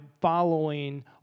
following